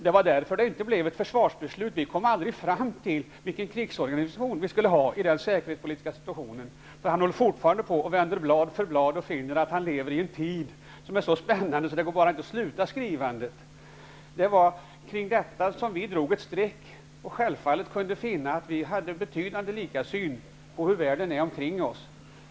Det var därför det inte blev något försvarsbeslut. Vi kom aldrig fram till vilken krigsorganisation vi skulle ha i den säkerhetspolitiska situationen. Han håller fortfarande på och vänder blad efter blad och finner att han lever i en tid som är så spännande att det bara inte går att avsluta skrivandet. Vi drog ett streck här. Vi kunde finna att vi i betydande utsträckning hade en gemensam syn på hur världen omkring oss är.